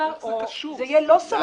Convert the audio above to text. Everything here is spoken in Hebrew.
אי-אפשר, או זה יהיה לא סביר --- מה זה קשור?